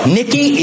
Nikki